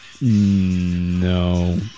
No